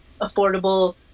affordable